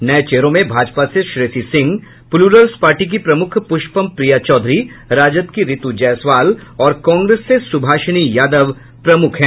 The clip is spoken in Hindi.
नये चेहरों में भाजपा से श्रेयसी सिंह प्लूरल्स पार्टी की प्रमुख पुष्पम प्रिया चौधरी राजद की रितु जायसवाल और कांग्रेस से सुभाषिनी यादव प्रमुख हैं